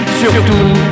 surtout